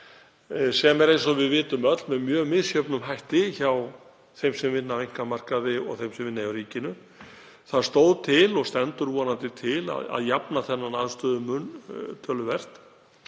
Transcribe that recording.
sem er eins og við vitum öll með mjög misjöfnum hætti hjá þeim sem vinna á einkamarkaði og þeim sem vinna hjá ríkinu. Það stóð til og stendur vonandi enn til að jafna þann aðstöðumun töluvert.